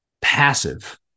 Passive